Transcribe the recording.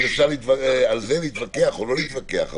אפשר על זה להתווכח או לא להתווכח.